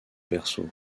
berceau